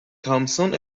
تامسون